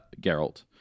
Geralt